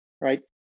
Right